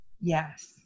Yes